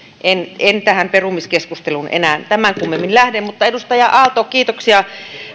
en en tähän perumiskeskusteluun enää tämän kummemmin lähde edustaja aalto kiitoksia